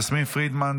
יסמין פרידמן,